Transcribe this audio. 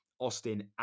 austin